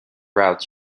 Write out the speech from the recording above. routes